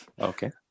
Okay